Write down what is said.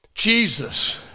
Jesus